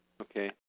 Okay